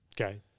Okay